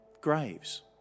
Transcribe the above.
graves